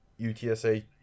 UTSA